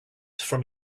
from